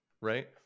right